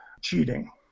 cheating